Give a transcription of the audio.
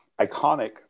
iconic